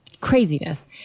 craziness